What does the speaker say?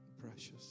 precious